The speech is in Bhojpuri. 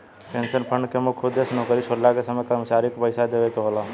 पेंशन फण्ड के मुख्य उद्देश्य नौकरी छोड़ला के समय कर्मचारी के पइसा देवेके होला